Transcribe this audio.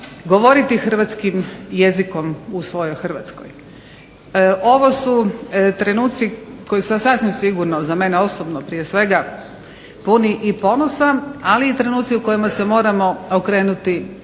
govoriti hrvatskim jezikom u svojoj Hrvatskoj. Ovo su trenuci koji su sasvim sigurno, za mene osobno prije svega, puni i ponosa, ali i trenuci u kojima se moramo okrenuti